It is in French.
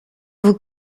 vous